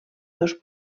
dos